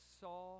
saw